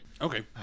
Okay